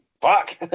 Fuck